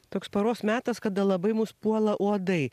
toks paros metas kada labai mus puola uodai